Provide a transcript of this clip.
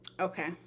Okay